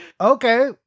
Okay